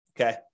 okay